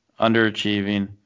underachieving